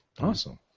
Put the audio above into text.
Awesome